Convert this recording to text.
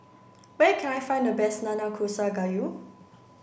where can I find the best Nanakusa gayu